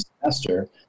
semester